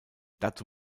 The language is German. dazu